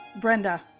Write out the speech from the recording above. Brenda